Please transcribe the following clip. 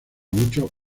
muchos